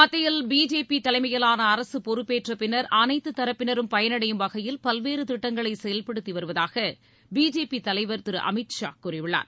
மத்தியில் பிஜேபி தலைமையிலான அரசு பொறுப்பேற்ற பின்னர் அனைத்து தரப்பினரும் பயனடையும் வகையில் பல்வேறு திட்டங்களை செயல்படுத்தி வருவதாக பிஜேபி தலைவர் திரு அமித் ஷா கூறியுள்ளார்